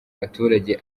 baturage